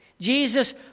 Jesus